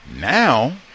Now